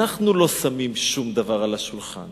שאנחנו לא שמים שום דבר על השולחן